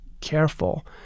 careful